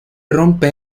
rompa